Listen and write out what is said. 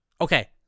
Okay